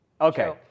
Okay